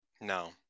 No